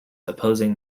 opposing